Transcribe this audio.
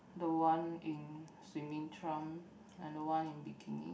the one in swimming trunk and the one in bikini